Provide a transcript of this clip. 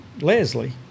Leslie